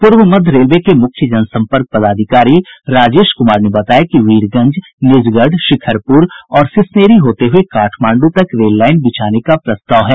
पूर्व मध्य रेलवे के मुख्य जनसम्पर्क अधिकारी राजेश कुमार ने बताया कि वीरगंज निजगढ़ शिखरपुर और सिसनेरी होते हुये काठमांडू तक रेल लाईन बिछाने का प्रस्ताव है